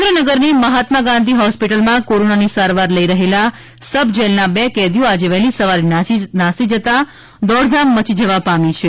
સુરેન્દ્રનગરની મહાત્મા ગાંધી હોસ્પિટલમાં કોરોનાની સારવાર લઈ રહેલા સબ જેલના બે કેદીઓ આજે વહેલી સવારે નાસી જતાં દોડધામ મચી જવા પામી છે